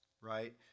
right